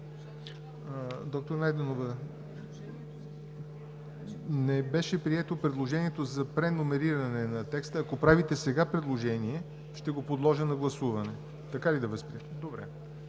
Доктор Найденова, не беше прието предложението за преномериране на текста. Ако сега правите предложение, ще го подложа на гласуване. Така ли да го възприема?